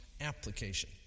application